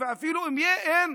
ואפילו אם אין,